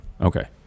Okay